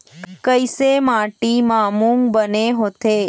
कइसे माटी म मूंग बने होथे?